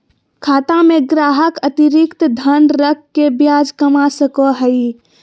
खाता में ग्राहक अतिरिक्त धन रख के ब्याज कमा सको हइ